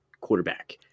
quarterback